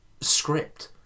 script